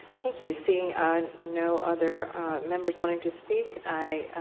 thank you. seeing no other members wanting to speak